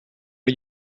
are